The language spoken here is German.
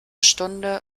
stunde